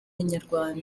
inyarwanda